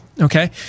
okay